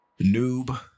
Noob